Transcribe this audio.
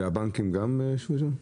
והבנקים גם ישבו שם?